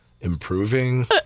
improving